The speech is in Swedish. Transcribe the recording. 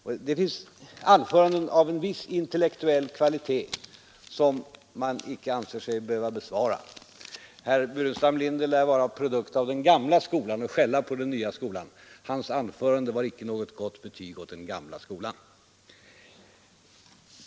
Det finns anföranden av en viss intellektuell kvalitet som man icke anser sig behöva bemöta. Herr Burenstam Linder lär vara en produkt av den gamla skolan och skäller på den nya. Hans anförande var inte något betyg åt den gamla skolan.